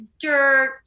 dirt